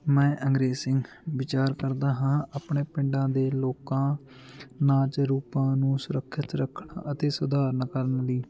ਮੈਂ ਅੰਗਰੇਜ਼ ਸਿੰਘ ਵਿਚਾਰ ਕਰਦਾ ਹਾਂ ਆਪਣੇ ਪਿੰਡਾਂ ਦੇ ਲੋਕਾਂ ਨਾਚ ਰੂਪਾਂ ਨੂੰ ਸੁਰੱਖਿਤ ਰੱਖਣਾ ਅਤੇ ਸਧਾਰਨ ਕਰਨ ਲਈ